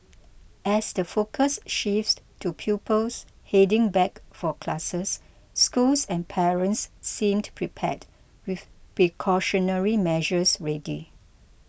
as the focus shifts to pupils heading back for classes schools and parents seem to prepared with precautionary measures ready